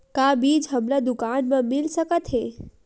का बीज हमला दुकान म मिल सकत हे?